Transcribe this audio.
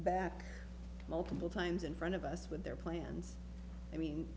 back multiple times in front of us with their plans i mean